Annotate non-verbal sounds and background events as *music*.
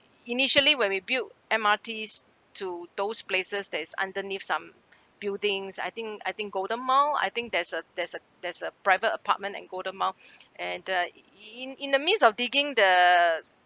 initially when we built M_R_Ts to those places that's underneath some buildings I think I think golden mile I think there's a there's a there's a private apartment and golden mile and uh *noise* in in the midst of digging the